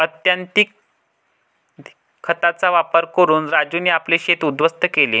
अत्यधिक खतांचा वापर करून राजूने आपले शेत उध्वस्त केले